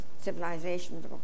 civilizations